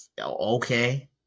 Okay